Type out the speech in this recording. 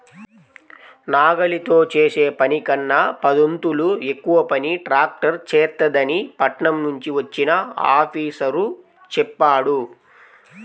నాగలితో చేసే పనికన్నా పదొంతులు ఎక్కువ పని ట్రాక్టర్ చేత్తదని పట్నం నుంచి వచ్చిన ఆఫీసరు చెప్పాడు